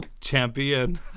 Champion